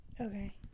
okay